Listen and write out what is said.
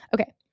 Okay